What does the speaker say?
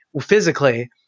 physically